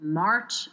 march